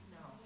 No